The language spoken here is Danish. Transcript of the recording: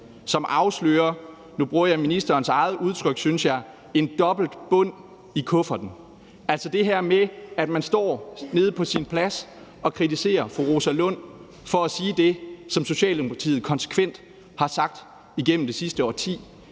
synes jeg, jeg bruger ministerens eget udtryk – en dobbeltbund i kufferten, altså det her med, at man står nede på sin plads og kritiserer fru Rosa Lund for at sige det, som Socialdemokratiet konsekvent har sagt igennem det sidste årti.